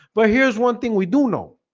but here's one thing we do know